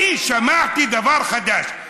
אני שמעתי דבר חדש: